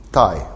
Thai